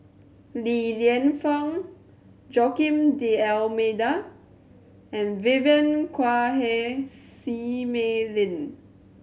Li Lienfung Joaquim D'Almeida and Vivien Quahe Seah Mei Lin